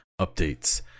updates